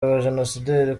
abajenosideri